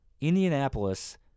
Indianapolis